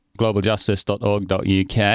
globaljustice.org.uk